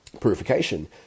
purification